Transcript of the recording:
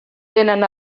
tenen